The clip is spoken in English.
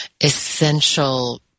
essential